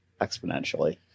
exponentially